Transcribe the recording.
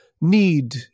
need